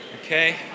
Okay